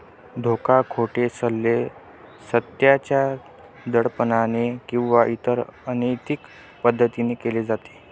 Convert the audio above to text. धोका, खोटे सल्ले, सत्याच्या दडपणाने किंवा इतर अनैतिक पद्धतीने केले जाते